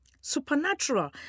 Supernatural